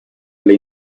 alle